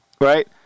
Right